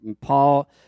Paul